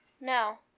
No